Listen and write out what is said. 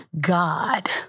God